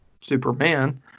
Superman